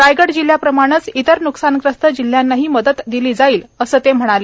रायगड जिल्हयाप्रमाणेच इतर न्कसानग्रस्त जिल्हयांनाही मदत दिली जाईल असे ते म्हणाले